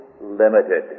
limited